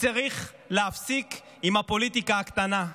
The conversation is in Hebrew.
וצריך להפסיק עם הפוליטיקה הקטנה.